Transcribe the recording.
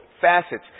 facets